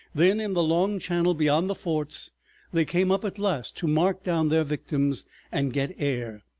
then in the long channel beyond the forts they came up at last to mark down their victims and get air.